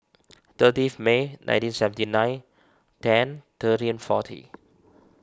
thirtieth May nineteen seventy nine ten thirteen and forty